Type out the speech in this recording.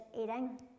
eating